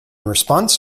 response